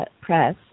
Press